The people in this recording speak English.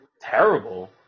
terrible